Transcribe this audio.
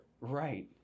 Right